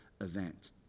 event